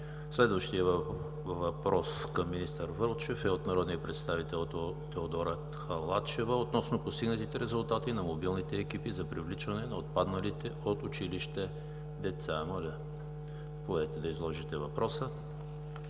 Следващият въпрос към министър Вълчев е от народния представител Теодора Халачева относно постигнатите резултати на мобилните екипи за привличане на отпадналите от училище деца. Моля, заповядайте да изложите въпроса.